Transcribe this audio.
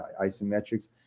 isometrics